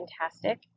fantastic